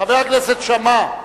חבר הכנסת שאמה,